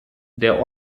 der